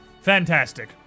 Fantastic